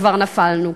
כבר נפלנו.